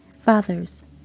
Fathers